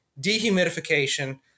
dehumidification